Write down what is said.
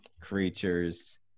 creatures